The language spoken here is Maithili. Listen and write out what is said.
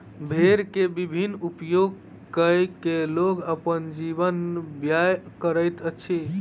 भेड़ के विभिन्न उपयोग कय के लोग अपन जीवन व्यय करैत अछि